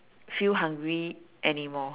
feel hungry anymore